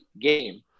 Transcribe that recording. game